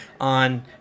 on